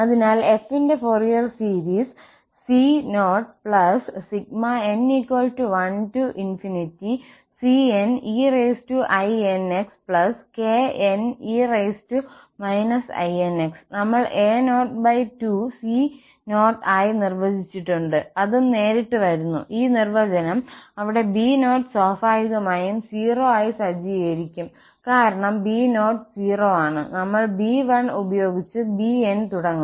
അതിനാൽ f ന്റെ Fourier series c0n1cneinxkne inx നമ്മൾ a02 c0 ആയി നിർവചിച്ചിട്ടുണ്ട് അതും നേരിട്ട് വരുന്നു ഈ നിർവചനം അവിടെ b0 സ്വാഭാവികമായും 0 ആയി സജ്ജീകരിക്കും കാരണം b0 0 ആണ് നമ്മൾ b1 ഉപയോഗിച്ച് bn തുടങ്ങുന്നു